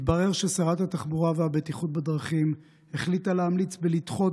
התברר ששרת התחבורה והבטיחות בדרכים החליטה להמליץ לדחות